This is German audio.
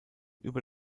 über